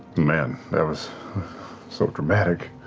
man, that was so dramatic.